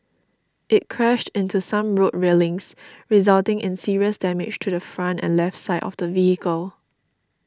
it crashed into some road railings resulting in serious damage to the front and left side of the vehicle